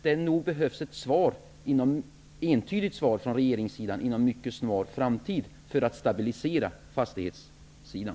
Det behövs ett entydigt svar från regeringssidan inom en mycket snar framtid för att stabilisera fastighetssidan.